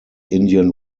indian